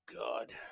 God